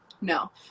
no